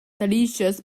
delicious